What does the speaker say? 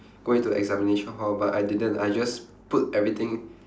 going to examination hall but I didn't I just put everything